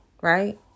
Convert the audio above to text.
right